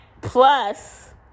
plus